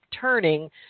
turning